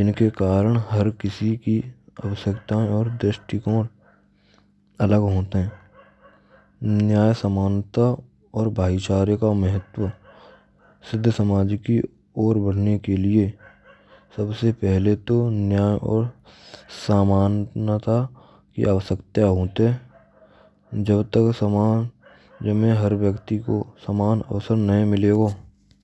jinke karan har kisi ki avashyaktaye aur drishtikon alag hote hain. Nyay samanta aur bhaichare ka mahatva sidh samaj ki aur badhne ke liye sabse pehle to nyay aur samanyata ki avashyakta hot hai. Jab tak samaj main har vyakti ko saman avsar nahin milego.